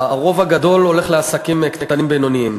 הרוב הגדול הולך לעסקים קטנים-בינוניים.